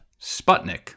Sputnik